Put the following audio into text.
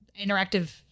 interactive